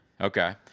Okay